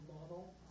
model